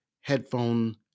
headphone